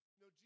no